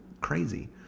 crazy